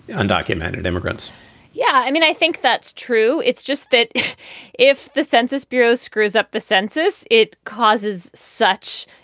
undocumented immigrants yeah, i mean, i think that's true. it's just that if the census bureau screws up the census, it causes such.